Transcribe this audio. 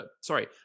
Sorry